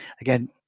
again